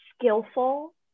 skillful